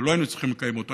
ולא היינו צריכים לקיים אותו,